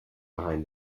behind